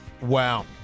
Wow